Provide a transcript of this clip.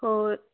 ਹੋਰ